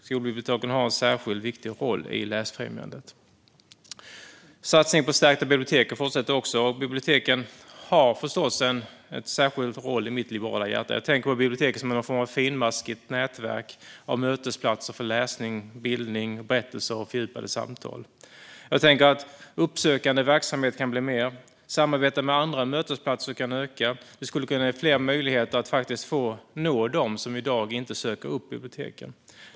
Skolbiblioteken har en särskilt viktig roll i läsfrämjandet. Satsningen på att stärka biblioteken fortsätter också. Biblioteken har förstås en särskild roll i mitt liberala hjärta. Jag tänker på biblioteken som någon form av finmaskigt nätverk av mötesplatser för läsning, bildning, berättelser och fördjupade samtal. Jag tänker att det kan bli mer av uppsökande verksamhet, att samarbete med andra mötesplatser kan öka, och det kan ge fler möjligheter att nå dem som i dag inte söker upp biblioteken.